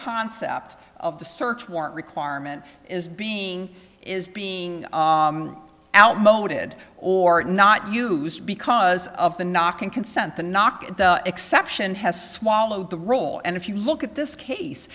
concept of the search warrant requirement is being is being outmoded or not used because of the knocking consent the knock at the exception has swallowed the roll and if you look at this case